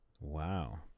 Wow